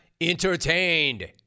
entertained